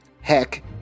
heck